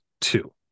two